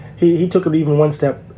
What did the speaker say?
he took it even one step,